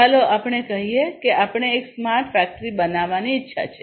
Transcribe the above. ચાલો આપણે કહીએ કે આપણે એક સ્માર્ટ ફેક્ટરી બનાવવાની ઇચ્છા છે